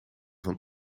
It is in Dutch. van